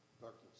Darkness